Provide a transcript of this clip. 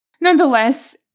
Nonetheless